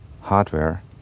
hardware